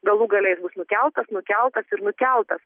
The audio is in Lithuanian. galų gale jis bus nukeltas nukeltas ir nukeltas